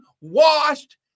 washed